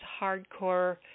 hardcore